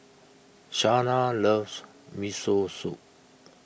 Shanna loves Miso Soup